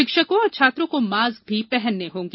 शिक्षकों और छात्रों को मॉस्क भी पहनने होंगे